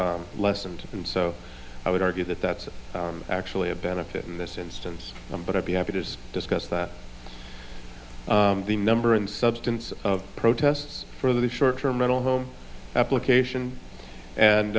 is lessened and so i would argue that that's actually a benefit in this instance but i'd be happy to discuss that the number and substance of protests for the short term mental home application and